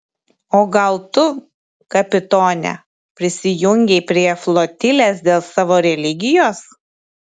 o gal tu kapitone prisijungei prie flotilės dėl savo religijos